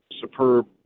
superb